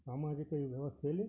ಸಾಮಾಜಿಕ ವ್ಯವಸ್ಥೆಯಲ್ಲಿ